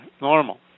normal